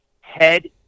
head